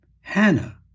Hannah